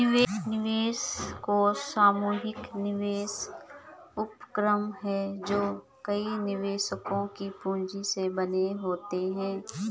निवेश कोष सामूहिक निवेश उपक्रम हैं जो कई निवेशकों की पूंजी से बने होते हैं